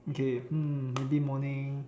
okay hmm maybe morning